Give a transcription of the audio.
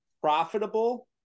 profitable